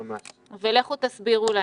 כל מה שאמר איתי מדויק להפליא.